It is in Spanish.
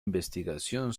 investigación